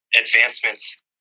advancements